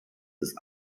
des